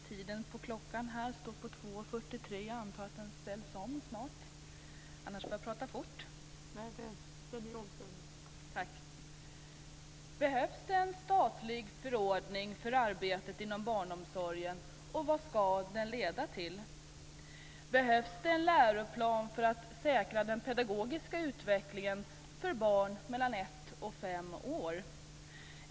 Fru talman! Behövs det en statlig förordning för arbetet inom barnomsorgen, och vad skall den i så fall leda till? Behövs det en läroplan för att säkra den pedagogiska utvecklingen för barn mellan ett och fem år?